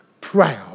proud